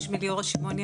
שמי ליאורה שמעוני,